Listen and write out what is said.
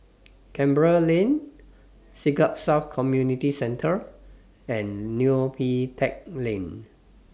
Canberra Lane Siglap South Community Centre and Neo Pee Teck Lane